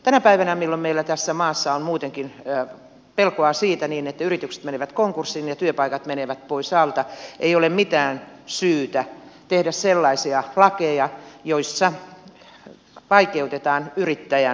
tänä päivänä jolloin meillä tässä maassa on muutenkin pelkoa siitä että yritykset menevät konkurssiin ja työpaikat menevät pois alta ei ole mitään syytä tehdä sellaisia lakeja joilla vaikeutetaan yrittäjän yritystoimintaa